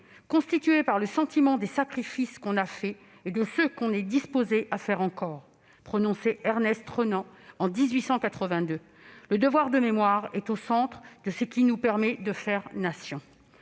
constituée par le sentiment des sacrifices qu'on a faits et de ceux qu'on est disposé à faire encore », disait Ernest Renan en 1882. Le devoir de mémoire est donc au centre de ce qui nous permet de faire Nation.